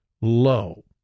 low